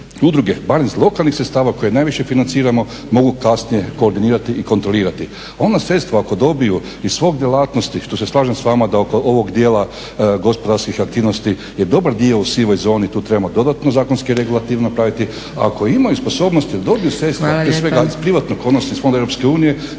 udruge bar iz lokalnih sredstava koje najviše financiramo mogu kasnije kontrolirati i koordinirati. A ona sredstva ako dobiju iz svoje djelatnosti, što se slažem s vama da oko ovog dijela gospodarskih aktivnosti je dobar dio u sivoj zoni, tu trebamo dodatno zakonski regulativno praviti, ako imaju sposobnosti da dobiju sredstva iz privatnog sredstva odnosno iz fonda EU dapače svi